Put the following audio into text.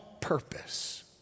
purpose